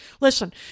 Listen